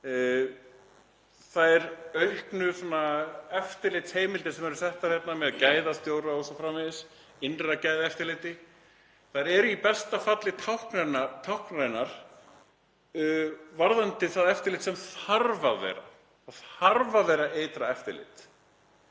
Þær auknu eftirlitsheimildir sem eru settar hérna með gæðastjóra o.s.frv., innra gæðaeftirliti, eru í besta falli táknrænar varðandi það eftirlit sem þarf að vera. Það þarf að vera ytra eftirlit.